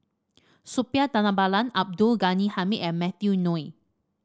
Suppiah Dhanabalan Abdul Ghani Hamid and Matthew Ngui